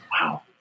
Wow